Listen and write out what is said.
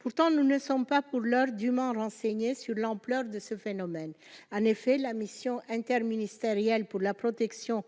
pourtant : nous ne sommes pas pour l'heure du mal renseignés sur l'ampleur de ce phénomène en effet la mission interministérielle pour la protection